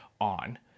on